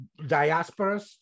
diasporas